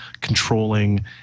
controlling